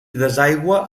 desaigua